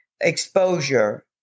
exposure